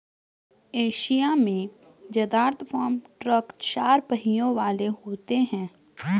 Asia में जदात्र farm truck चार पहियों वाले होते हैं